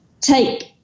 take